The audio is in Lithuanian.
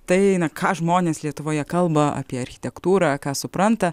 tai na ką žmonės lietuvoje kalba apie architektūrą ką supranta